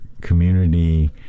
community